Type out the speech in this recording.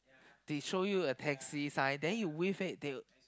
they show you a taxi sign then you wave it they'll